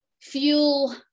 fuel